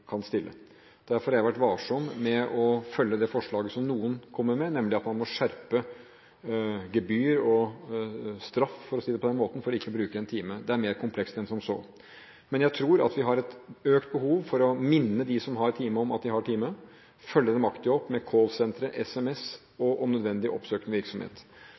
kan stille. Derfor har jeg vært varsom med å følge det forslaget som noen kommer med, nemlig at man må skjerpe gebyr og straff – for å si det på den måten – for ikke å bruke en time. Det er mer komplekst enn som så. Men jeg tror at vi har et økt behov for å minne dem som har time, om at de har time, følge dem aktivt opp med callsentre, SMS og – om nødvendig – oppsøkende virksomhet.